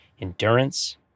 Endurance